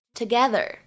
together